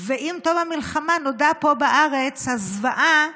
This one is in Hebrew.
עם תום המלחמה נודעה פה בארץ הזוועה